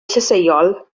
llysieuol